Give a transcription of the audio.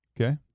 Okay